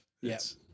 Yes